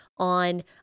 on